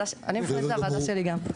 מבחינתי זו גם הוועדה שלי.